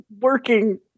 working